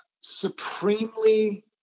supremely